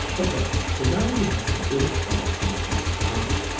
ok so now we have some image files in the project panel,